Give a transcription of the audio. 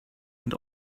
and